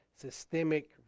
systemic